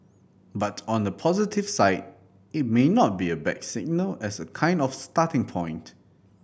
but on the positive side it may not be a bad signal as a kind of starting point